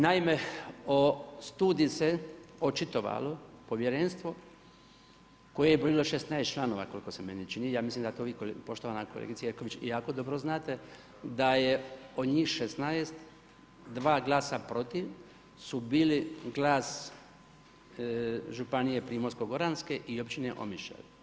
Naime, o studiju se očitovalo povjerenstvo u kojem je bilo 16 članova, koliko se meni čini, ja mislim da to vi poštovana kolegice Jerković, jako dobro znate, da je od njih 16, dva glasa protiv, su bili glas županije Primorsko goranske i općine Omišalj.